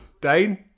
Dane